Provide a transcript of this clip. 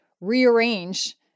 rearrange